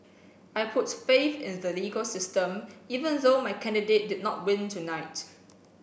I put faith in the legal system even though my candidate did not win tonight